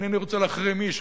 ואינני רוצה להחרים איש,